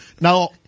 Now